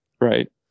Right